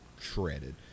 shredded